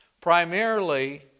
Primarily